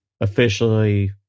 officially